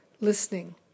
listening